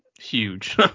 huge